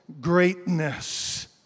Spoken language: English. greatness